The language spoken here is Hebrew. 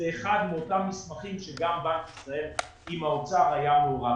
לאחד מאותם מסמכים שגם בנק ישראל עם האוצר היה מעורב